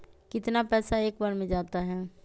कितना पैसा एक बार में जाता है?